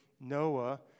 Noah